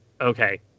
Okay